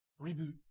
Reboot